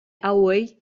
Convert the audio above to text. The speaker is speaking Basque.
hauei